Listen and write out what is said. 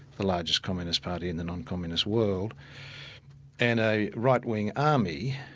the largest communist party in the non-communist world and a right-wing army,